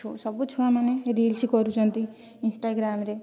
ଛୁ ସବୁ ଛୁଆ ମାନେ ରିଲସ୍ କରୁଛନ୍ତି ଇନ୍ସଟାଗ୍ରାମ ରେ